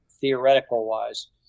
theoretical-wise